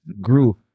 grew